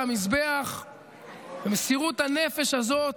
על המזבח במסירות הנפש הזאת.